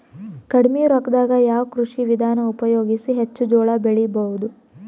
ಕಡಿಮಿ ರೊಕ್ಕದಾಗ ಯಾವ ಕೃಷಿ ವಿಧಾನ ಉಪಯೋಗಿಸಿ ಹೆಚ್ಚ ಜೋಳ ಬೆಳಿ ಬಹುದ?